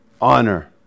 honor